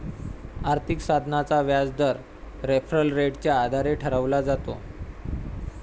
आर्थिक साधनाचा व्याजदर रेफरल रेटच्या आधारे ठरवला जातो